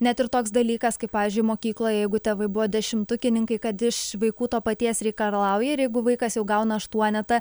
net ir toks dalykas kaip pavyzdžiui mokykloje jeigu tėvai buvo dešimtukininkai kad iš vaikų to paties reikalauja ir jeigu vaikas jau gauna aštuonetą